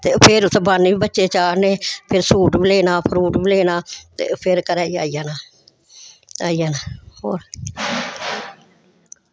ते फिर उत्थै बन्न बी बच्चे चाढ़ने फिर सूट बी लेना फ्रूट बी लेना हां ते फिर घरा गी आई जाना आई जाना होर